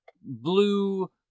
blue